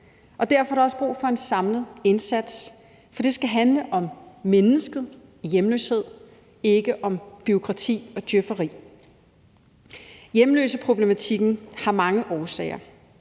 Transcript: derfor er der også brug for en samlet indsats. For det skal handle om mennesket i hjemløshed, ikke om bureaukrati og djøfferi. Hjemløseproblematikken har mange årsager.